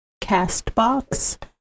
Castbox